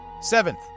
Seventh